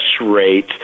rate